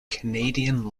canadian